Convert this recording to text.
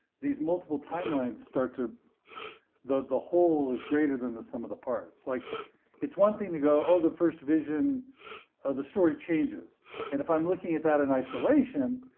these multiple timelines start to the the whole is greater than the sum of the parts. like it's one thing to go, oh, the first vision, ah the story changes, and if i'm looking at that in isolation,